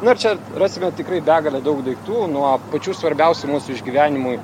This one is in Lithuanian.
na ir čia rasime tikrai begalę daug daiktų nuo pačių svarbiausių mūsų išgyvenimui